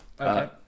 Okay